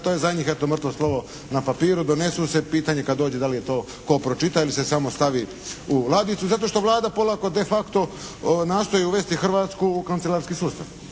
to je za njih eto mrtvo slovo na papiru, donesu se, pitanje je kad dođe da li je to, tko pročita ili se samo stavi u ladicu. Zašto što Vlada polako de facto nastoji uvesti Hrvatsku u kancelarski sustav.